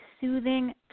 soothing